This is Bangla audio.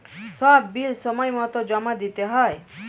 সব বিল সময়মতো জমা দিতে হয়